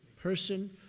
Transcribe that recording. person